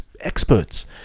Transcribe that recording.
experts